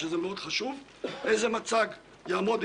לא כדאי שנשאל שאלות שהוא יענה עליהן במרוכז?